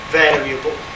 variable